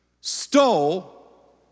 stole